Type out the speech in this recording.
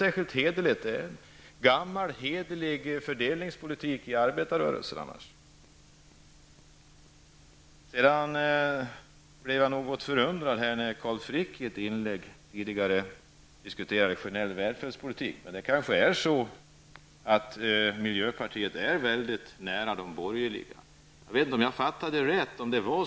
Det är gammal hederlig fördelningspolitik inom arbetarrörelsen. Jag blev litet förvånad när Carl Frick i ett tidigare inlägg diskuterade generell välfärdspolitik. Miljöpartiet är kanske mycket nära de borgerliga. Jag vet inte om jag fattade rätt.